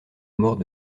mort